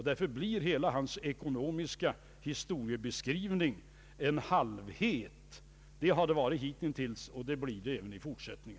Därför blir hela hans ekonomiska historiebeskrivning en halvhet i fortsättningen liksom hittills.